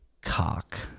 cock